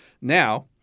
Now